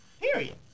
Period